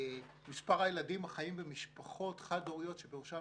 מספר הילדים החיים במשפחות חד הוריות בראשן